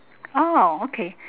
orh okay